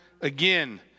again